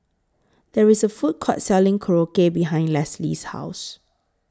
There IS A Food Court Selling Korokke behind Leslee's House